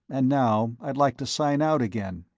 and now i'd like to sign out again.